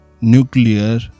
nuclear